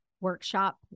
workshop